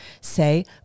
say